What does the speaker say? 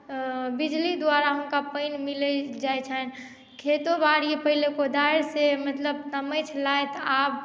बिजली द्वारा हुनका पानि मिल जाइ छनि खेतो बारी पाहिले कोदारिसँ मतलब तमै छलथि